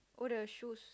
all the shoes